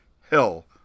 hell